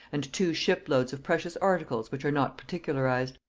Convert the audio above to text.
and two ship-loads of precious articles which are not particularized.